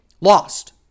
Lost